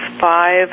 five